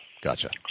Gotcha